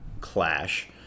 Clash